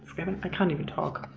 i can't even talk!